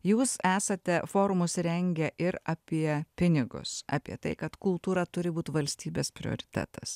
jūs esate forumus rengę ir apie pinigus apie tai kad kultūra turi būt valstybės prioritetas